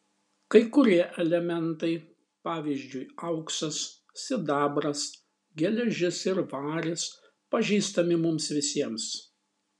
kai kurie elementai pavyzdžiui auksas sidabras geležis ir varis pažįstami mums visiems